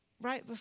right